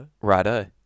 Righto